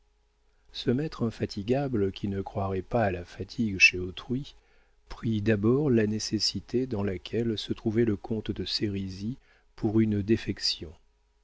ce maître infatigable qui ne croyait pas à la fatigue chez autrui prit d'abord la nécessité dans laquelle se trouvait le comte de sérisy pour une défection